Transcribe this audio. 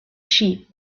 sheep